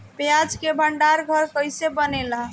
प्याज के भंडार घर कईसे बनेला?